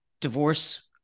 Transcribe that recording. divorce